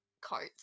coats